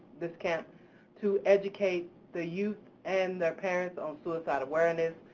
this camp to educate the youth and their parents on suicide awareness,